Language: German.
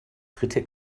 dritte